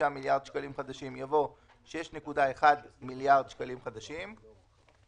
מיליארד שקלים חדשים" יבוא "31.7 מיליארד שקלים חדשים"; מה זה?